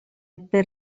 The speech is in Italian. per